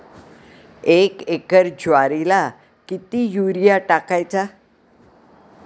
एक एकर ज्वारीला किती युरिया टाकायचा?